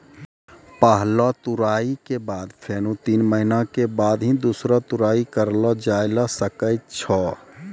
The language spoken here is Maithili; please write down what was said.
पहलो तुड़ाई के बाद फेनू तीन महीना के बाद ही दूसरो तुड़ाई करलो जाय ल सकै छो